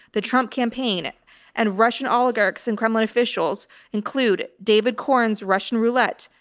the trump campaign and russian oligarchs and kremlin officials include david corn's russian roulette,